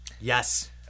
Yes